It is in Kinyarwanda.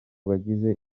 bagize